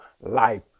life